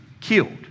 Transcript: killed